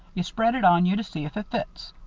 you spread it on you to see if it fits.